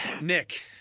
Nick